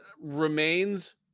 remains